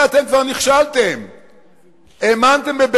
הרחובות בוערים,